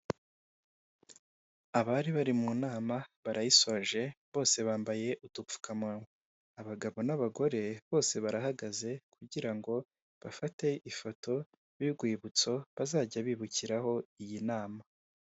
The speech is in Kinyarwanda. Abari bari mu nama barayisoje bose bambaye udupfukamunwa, abagabo n'abagore bose barahagaze kugira ngo bafate ifoto y'urwibutso bazajya bibukiraho iyi nama.